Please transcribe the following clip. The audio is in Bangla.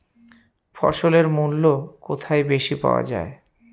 ফসলের মূল্য কোথায় বেশি পাওয়া যায়?